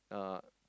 uh